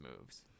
moves